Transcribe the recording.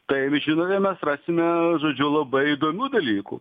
taip žinome mes rasime žodžiu labai įdomių dalykų